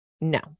No